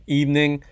evening